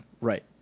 right